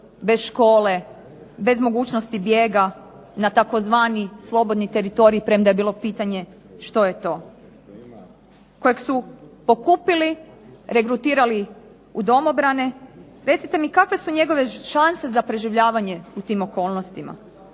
bez škole, bez mogućnosti bijega na tzv. slobodni teritorij, premda je bilo pitanje što je to. Kojeg su pokupili, regrutirali u Domobrane, recite mi kakve su njegove šanse za preživljavanje u tim okolnostima?